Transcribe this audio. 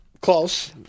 Close